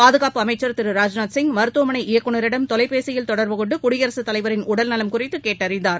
பாதுகாப்பு அமைச்சர் திரு ராஜ்நாத் சிங் மருத்துவமனை இயக்குநரிடம் தொலைபேசியில் தொடர்பு கொண்டு குடியரசுத் தலைவரின் உடல்நலம் குறித்து கேட்டறிந்தார்